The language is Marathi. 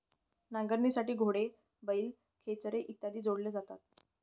नांगरणीसाठी घोडे, बैल, खेचरे इत्यादी जोडले जातात